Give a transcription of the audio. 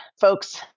folks